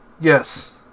yes